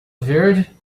verde